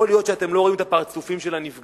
יכול להיות שאתם לא רואים את הפרצופים של הנפגעים